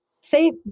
say